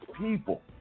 people